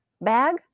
Bag